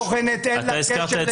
לוועדה הבוחנת אין קשר ללשכת עורכי הדין,